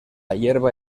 hierba